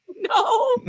no